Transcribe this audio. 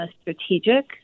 strategic